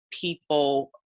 people